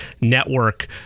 network